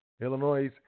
Illinois